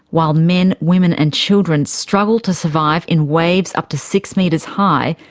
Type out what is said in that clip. while men, women and children struggled to survive in waves up to six metres high,